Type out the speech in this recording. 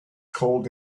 cold